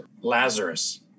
Lazarus